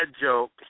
joke